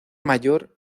mayor